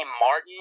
Martin